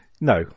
No